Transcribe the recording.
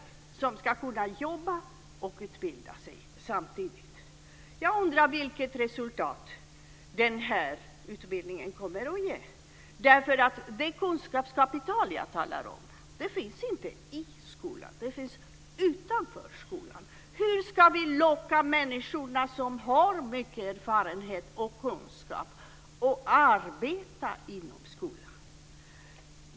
Dessa ska kunna jobba och utbilda sig samtidigt. Jag undrar vilket resultat den här utbildningen kommer att ge. Det kunskapskapital som jag talar om finns inte i skolan, det finns utanför skolan. Hur ska vi locka människorna som har mycket erfarenhet och kunskap att arbeta inom skolan?